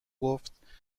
گفتمریم